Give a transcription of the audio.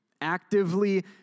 Actively